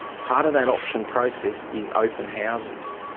part of that auction process is open houses